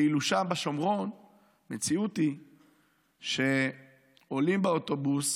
ואילו שם בשומרון המציאות היא שעולים לאוטובוס